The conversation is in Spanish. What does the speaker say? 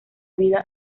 vida